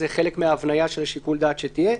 זה חלק מההבניה שתהיה לשיקול הדעת.